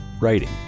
Writing